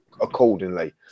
accordingly